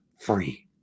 free